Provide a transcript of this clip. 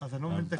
אז אני לא מבין.